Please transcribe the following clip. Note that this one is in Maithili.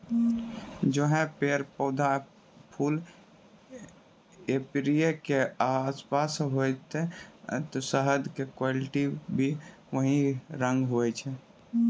जैहनो पेड़, पौधा, फूल एपीयरी के आसपास होतै शहद के क्वालिटी भी वही रंग होय छै